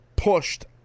pushed